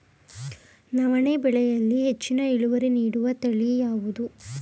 ನವಣೆ ಬೆಳೆಯಲ್ಲಿ ಹೆಚ್ಚಿನ ಇಳುವರಿ ನೀಡುವ ತಳಿ ಯಾವುದು?